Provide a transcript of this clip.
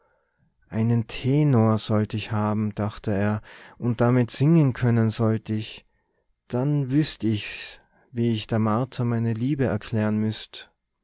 einen tenor sollt ich haben dachte er und damit singen können sollt ich dann wüßt ich's wie ich der martha meine liebe erklären müßte